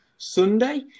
Sunday